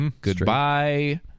Goodbye